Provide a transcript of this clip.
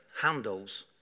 handles